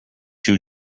two